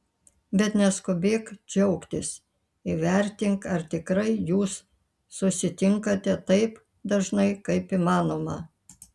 bet neskubėk džiaugtis įvertink ar tikrai jūs susitinkate taip dažnai kaip įmanoma